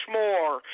more